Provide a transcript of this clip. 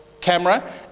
camera